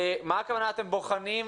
מה הכוונה שאתם בוחנים?